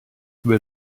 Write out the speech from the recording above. were